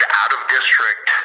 out-of-district